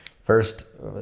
first